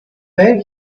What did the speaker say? where